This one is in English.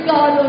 God